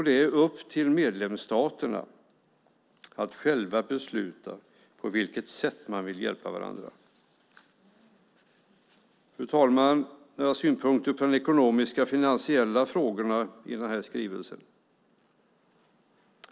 Det är upp till medlemsstaterna att själva besluta på vilket sätt man vill hjälpa varandra. Fru talman! Låt mig lämna några synpunkter på de ekonomiska och finansiella frågorna i den här skrivelsen.